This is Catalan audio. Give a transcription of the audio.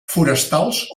forestals